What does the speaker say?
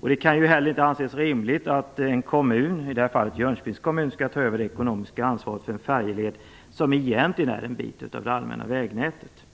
Det kan heller inte anses rimligt att en kommun, i det här fallet Jönköpings kommun, skall ta över det ekonomiska ansvaret för en färjeled som egentligen är en bit av det allmänna vägnätet.